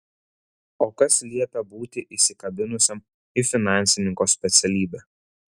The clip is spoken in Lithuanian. o kas liepia būti įsikabinusiam į finansininko specialybę